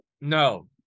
no